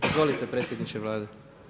Izvolite predsjedniče Vlade.